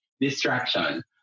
distraction